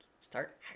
Start